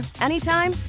anytime